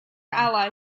ali